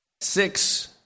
six